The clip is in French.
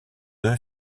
deux